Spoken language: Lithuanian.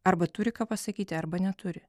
arba turi ką pasakyti arba neturi